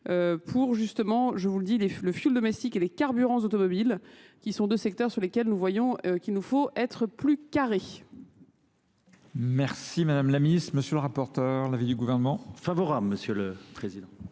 pour justement, je vous le dis, le fioul domestique et les carburants automobiles qui sont deux secteurs sur lesquels nous voyons qu'il nous faut être plus carrés. Merci madame la ministre, monsieur le rapporteur, l'avis du gouvernement ? Favorable monsieur le président.